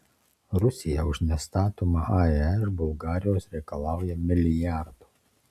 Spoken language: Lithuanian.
rusija už nestatomą ae iš bulgarijos reikalauja milijardo